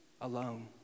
alone